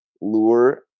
lure